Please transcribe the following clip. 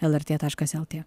lrt taškas lt